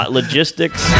Logistics